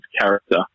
character